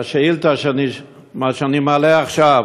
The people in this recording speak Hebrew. השאילתה שאני מעלה עכשיו: